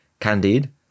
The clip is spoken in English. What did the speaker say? Candide